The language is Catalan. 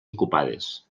ocupades